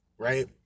Right